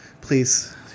please